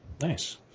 nice